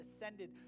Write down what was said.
ascended